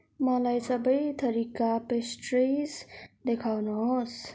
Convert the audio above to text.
मलाई सबै थरिका पेस्ट्रिज देखाउनुहोस्